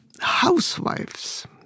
housewives